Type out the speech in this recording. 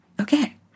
Okay